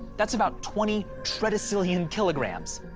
that's about twenty tredecillion kilograms.